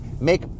make